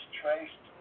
traced